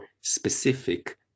specific